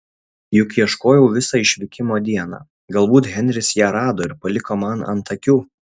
juk ieškojau visą išvykimo dieną galbūt henris ją rado ir paliko man ant akių